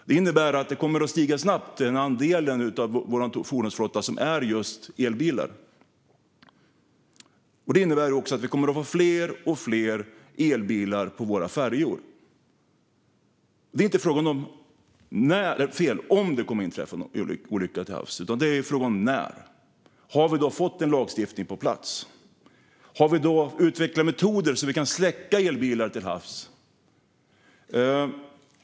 Det innebär att andelen elbilar i vår fordonsflotta kommer att öka snabbt. Det innebär även att vi kommer att få fler och fler elbilar på våra färjor. Frågan är inte om det kommer att inträffa en olycka till havs, utan frågan är när. Har vi då fått en lagstiftning på plats? Har vi då utvecklat metoder så att vi kan släcka bränder i elbilar till havs?